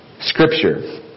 Scripture